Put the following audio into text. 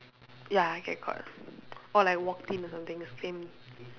ya get caught or like walked in or something same